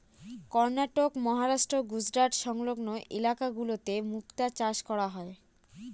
কর্ণাটক, মহারাষ্ট্র, গুজরাট সংলগ্ন ইলাকা গুলোতে মুক্তা চাষ করা হয়